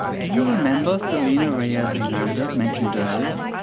do you remember selena reyes-hernandez mentioned earlier?